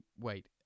wait